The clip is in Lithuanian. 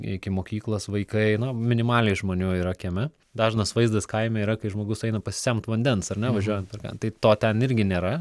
iki mokyklos vaikai na minimaliai žmonių yra kieme dažnas vaizdas kaime yra kai žmogus eina pasisemt vandens ar ne važiuojant per krantai to ten irgi nėra